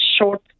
short